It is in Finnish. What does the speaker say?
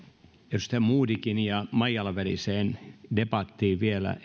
edustaja modigin ja maijalan väliseen debattiin vielä